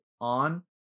on